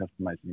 customizing